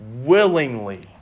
willingly